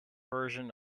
version